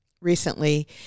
recently